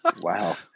Wow